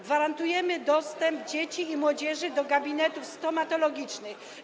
Gwarantujemy dostęp dzieci i młodzieży do gabinetów stomatologicznych.